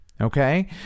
okay